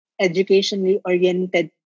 educationally-oriented